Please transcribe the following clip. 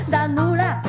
Danula